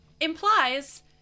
implies